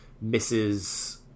misses